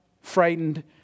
frightened